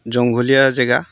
জংঘলীয়া জেগা